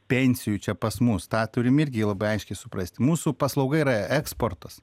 pensijų čia pas mus tą turim irgi labai aiškiai suprasti mūsų paslauga yra eksportas